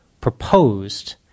proposed